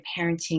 parenting